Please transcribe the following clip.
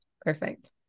perfect